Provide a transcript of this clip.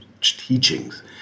teachings